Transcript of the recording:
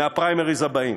מהפריימריז הבאים.